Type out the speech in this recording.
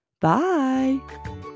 Bye